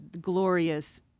glorious